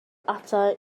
ata